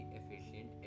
efficient